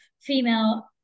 female